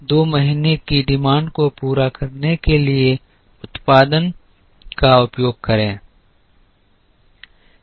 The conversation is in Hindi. एक और दो महीने की मांग को पूरा करने के लिए उत्पादन का उपयोग करें